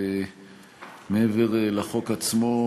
מעבר לחוק עצמו,